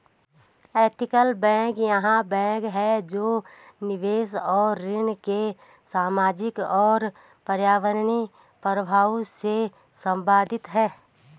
ethical bank वह bank है जो निवेश और ऋण के सामाजिक और पर्यावरणीय प्रभावों से संबंधित है